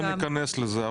לא ניכנס לזה,